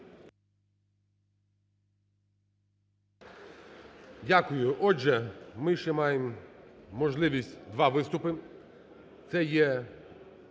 Дякую. Отже, ми ще маємо можливість два виступи, це